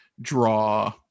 draw